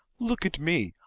look at me.